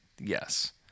Yes